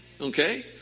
Okay